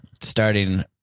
starting